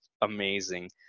amazing